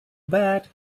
bad